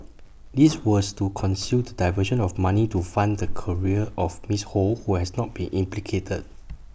this was to conceal the diversion of money to fund the career of miss ho who has not been implicated